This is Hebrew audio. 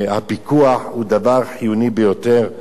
הפיקוח הוא דבר חיוני ביותר,